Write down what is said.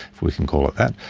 if we can call it that.